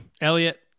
Elliot